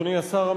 אדוני השר,